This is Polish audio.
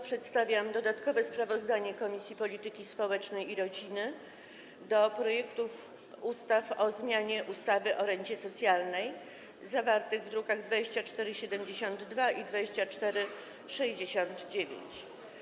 Przedstawiam dodatkowe sprawozdanie Komisji Polityki Społecznej i Rodziny o projektach ustaw o zmianie ustawy o rencie socjalnej, zawartych w drukach 2472 i 2469.